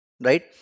right